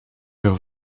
vers